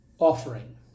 Offering